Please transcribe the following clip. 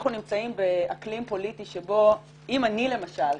אנחנו נמצאים באקלים פוליטי שבו אם אני למשל,